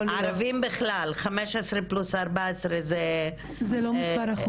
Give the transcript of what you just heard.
15 פלוס 14 זה 29,